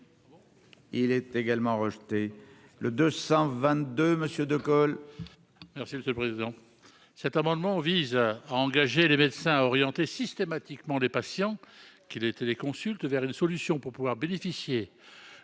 il est également rejeté le 222 Monsieur De Gaulle. Alors, c'est le seul président, cet amendement vise à engager les médecins à orienter systématiquement des patients qui été les consulte vers une solution pour pouvoir bénéficier